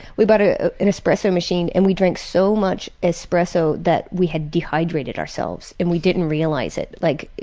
we bought ah an espresso machine and we drank so much espresso that we had dehydrated ourselves and we didn't realize it. like,